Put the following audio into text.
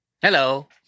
Hello